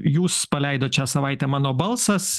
jūs paleidot šią savaitę mano balsas